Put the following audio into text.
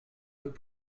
peut